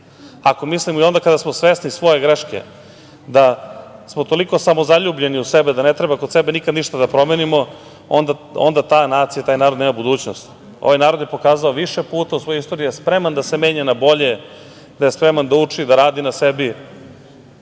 ako mislimo i onda kada smo svesni svoje greške da smo toliko smozaljubljeni u sebe da ne treba kod sebe nikada ništa da promenimo, onda ta nacija, taj narod nema budućnost. Ovaj narod je pokazao više puta u svojoj istoriji da je spreman da se menja na bolje, da je spreman da uči, da radi na sebi